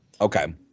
Okay